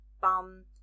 bum